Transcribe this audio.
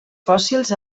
fòssils